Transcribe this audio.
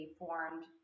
formed